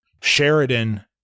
Sheridan